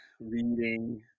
reading